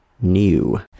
New